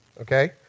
okay